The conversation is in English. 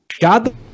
God